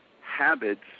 habits